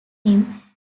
him